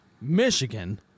Michigan